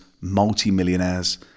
multi-millionaires